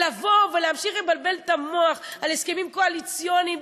לבוא ולהמשיך לבלבל את המוח על הסכמים קואליציוניים,